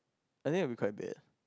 I think it will be quite bad